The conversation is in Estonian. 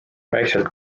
vaikselt